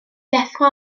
ddeffro